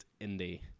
Indie